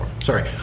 Sorry